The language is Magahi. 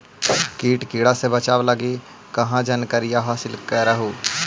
किट किड़ा से बचाब लगी कहा जानकारीया हासिल कर हू?